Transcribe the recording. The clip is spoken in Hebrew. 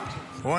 רון,